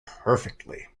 perfectly